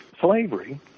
slavery